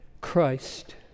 Christ